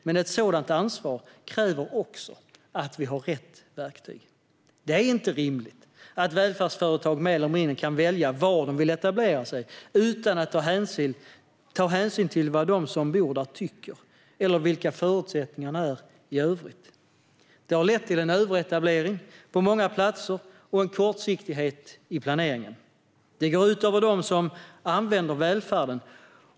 Men ett sådant ansvar kräver också att vi har rätt verktyg. Det är inte rimligt att välfärdsföretag mer eller mindre kan välja var de vill etablera sig utan att ta hänsyn till vad de som bor där tycker eller vilka förutsättningarna är i övrigt. Det har lett till en överetablering på många platser och en kortsiktighet i planeringen, vilket går ut över dem som använder välfärden.